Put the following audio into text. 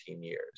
years